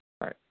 Right